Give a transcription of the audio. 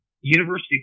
University